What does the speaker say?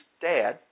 dad